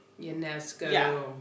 UNESCO